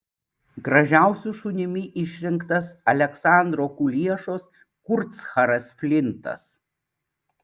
gražiausiu šunimi išrinktas aleksandro kuliešos kurtsharas flintas